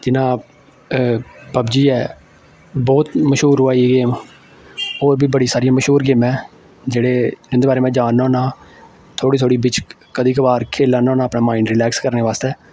जियां पबजी ऐ बहुत मश्हूर होआ दी एह् गेम होर बी बड़ी सारी मश्हूर गेमां ऐ जेह्ड़े जिंदे बारैे में जानना होन्ना थोह्ड़ी थोह्ड़ी बिच्च कदें क बार खेल लैन्ना होन्ना अपना मांड रिलेक्स करने बास्तै